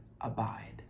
abide